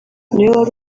wari